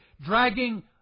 dragging